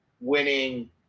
winning